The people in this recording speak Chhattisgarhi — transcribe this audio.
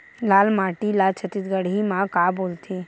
लाल माटी ला छत्तीसगढ़ी मा का बोलथे?